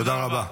תודה רבה.